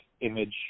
image